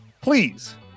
Please